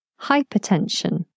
Hypertension